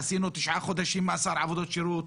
עשינו תשעה חודשים מאסר עבודות שירות,